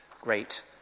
great